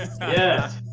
Yes